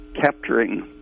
capturing